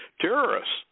terrorists